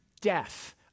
death